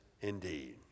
indeed